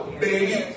baby